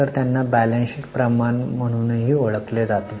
तर त्यांना balance sheet प्रमाण म्हणूनही ओळखले जाते